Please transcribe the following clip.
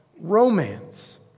romance